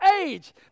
age